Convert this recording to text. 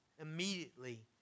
immediately